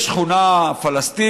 יש שכונה פלסטינית,